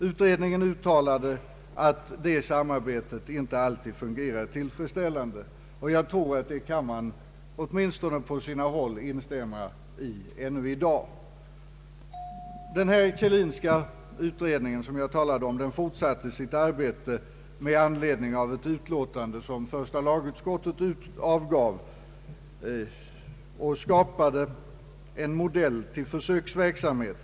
Utredningen uttalade att detta samarbete inte alltid fungerar tillfredsställande. Jag tror att man på sina håll kan instämma i detta ännu i dag. Den Kjellinska utredningen, som jag talade om, fortsatte sitt arbete med anledning av ett utlåtande som första lagutskottet avgav och skapade en modell till försöksverksamhet.